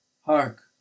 hark